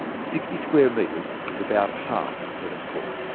sixty square metres is about half a tennis court.